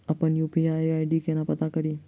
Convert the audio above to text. अप्पन UPI ID केना पत्ता कड़ी?